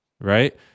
right